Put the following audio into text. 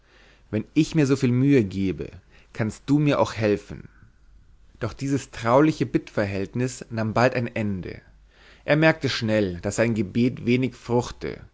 wenn ich mir soviel mühe gebe kannst du mir auch helfen doch dieses trauliche bittverhältnis nahm bald ein ende er merkte schnell daß sein gebet wenig fruchte